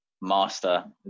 master